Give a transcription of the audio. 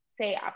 say